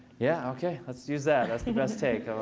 yeah, ok. let's use that. that's the best take.